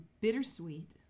bittersweet